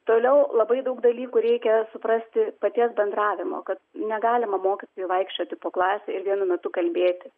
toliau labai daug dalykų reikia suprasti paties bendravimo kad negalima mokytojui vaikščioti po klasę ir vienu metu kalbėti